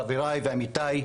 חבריי ועמיתיי,